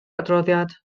adroddiad